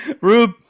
rube